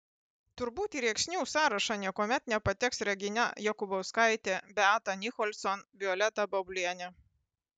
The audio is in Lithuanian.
turbūt į rėksnių sąrašą niekuomet nepateks regina jokubauskaitė beata nicholson violeta baublienė